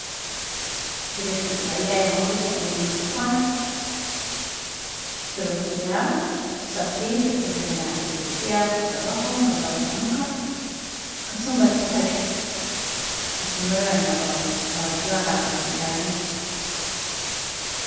Ebiro ebyokumalirrayo omwezi eki nyenda kukora kiro kya sabiiti kugenda ha kereziya kusabaho nkagaruka omuka, nkacumba tukarya, nkasemererwa n'aba- n'abantu bange abu nkwikara nabo.